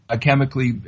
chemically